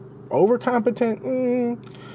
Overcompetent